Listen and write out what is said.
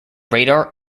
radar